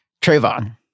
Trayvon